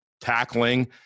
tackling